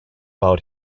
out